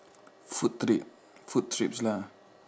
food trip food trips lah